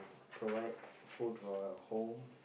provide food for our home